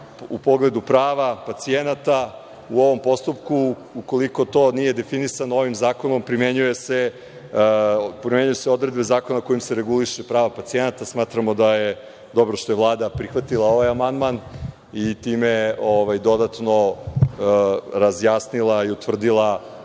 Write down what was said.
u pogledu prava pacijenata u ovom postupku, ukoliko to nije definisano ovim zakonom, primenjuju odredbe zakona kojim se regulišu prava pacijenata. Smatramo da je dobro što je Vlada prihvatila ovaj amandman i time dodatno razjasnila i utvrdila na